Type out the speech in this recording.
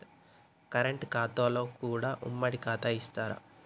Current ఖాతాలో కూడా ఉమ్మడి ఖాతా ఇత్తరా?